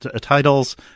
titles